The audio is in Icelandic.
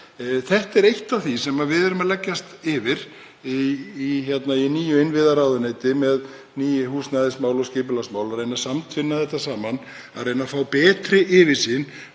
Þetta er eitt af því sem við verðum að leggjast yfir í nýju innviðaráðuneyti með ný húsnæðismál og skipulagsmál, að reyna að samtvinna þetta, að reyna að fá betri yfirsýn,